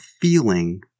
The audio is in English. feeling